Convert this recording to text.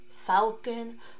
Falcon